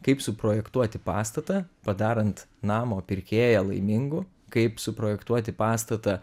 kaip suprojektuoti pastatą padarant namo pirkėją laimingu kaip suprojektuoti pastatą